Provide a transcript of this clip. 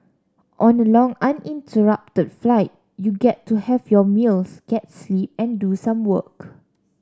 on a long uninterrupted flight you get to have your meals get sleep and do some work